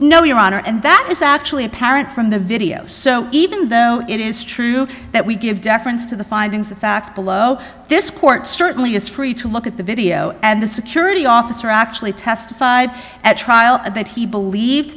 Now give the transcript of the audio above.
no your honor and that is actually apparent from the video so even though it is true that we give deference to the findings of fact below this court certainly is free to look at the video and the security officer actually testified at trial that he believed